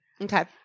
Okay